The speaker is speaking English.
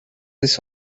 this